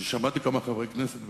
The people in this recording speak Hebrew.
שמעתי כמה חברי כנסת,